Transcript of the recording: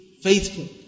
faithful